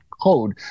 code